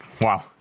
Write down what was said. Wow